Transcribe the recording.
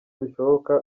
bishoboka